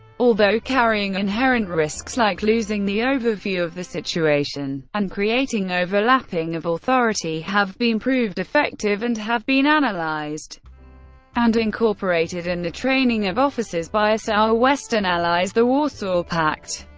although carrying inherent risks like losing the overview of the situation and creating overlapping of authority, have been proved effective, and have been analysed and incorporated in the training of officers by us, our western allies, the warsaw pact,